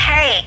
Hey